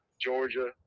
Georgia